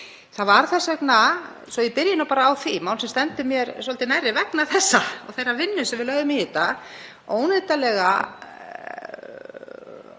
Það var þess vegna, svo ég byrji bara á því máli sem stendur mér svolítið nærri, vegna þessa og þeirrar vinnu sem við lögðum í þetta, óneitanlega